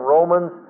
Romans